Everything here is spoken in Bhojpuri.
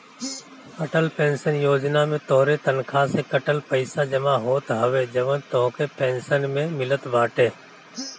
अटल पेंशन योजना में तोहरे तनखा से कटल पईसा जमा होत हवे जवन तोहके पेंशन में मिलत बाटे